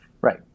Right